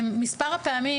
מספר הפעמים